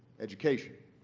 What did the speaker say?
education,